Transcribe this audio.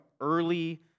early